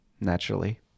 naturally